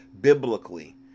biblically